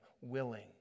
willing